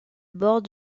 bord